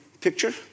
picture